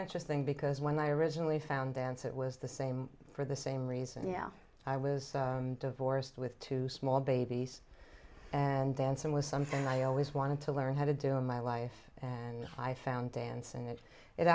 interesting because when i originally found that it was the same for the same reason you know i was divorced with two small babies and dancing was something i always wanted to learn how to do in my life and i found dance and it